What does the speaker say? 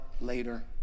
later